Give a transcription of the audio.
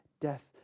death